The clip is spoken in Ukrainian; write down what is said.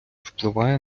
впливає